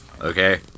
okay